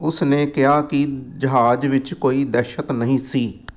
ਉਸ ਨੇ ਕਿਹਾ ਕਿ ਜਹਾਜ਼ ਵਿੱਚ ਕੋਈ ਦਹਿਸ਼ਤ ਨਹੀਂ ਸੀ